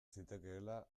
zitekeela